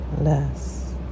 less